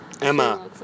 Emma